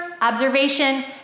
observation